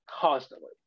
constantly